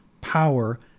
power